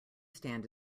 stand